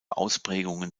ausprägungen